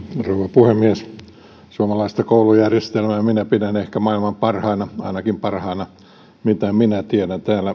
puhemies suomalaista koulujärjestelmää minä pidän ehkä maailman parhaana ainakin parhaana mitä minä tiedän täällä